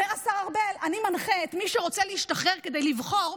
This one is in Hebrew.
אומר השר ארבל: אני מנחה את מי שרוצה להשתחרר כדי לבחור,